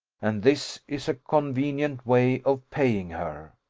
and this is a convenient way of paying her.